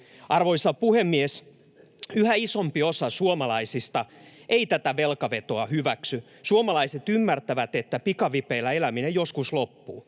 Arvoisa puhemies! Yhä isompi osa suomalaisista ei tätä velkavetoa hyväksy. Suomalaiset ymmärtävät, että pikavipeillä eläminen joskus loppuu